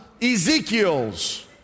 ezekiel's